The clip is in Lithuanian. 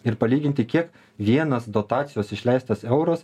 ir palyginti kiek vienas dotacijos išleistas euras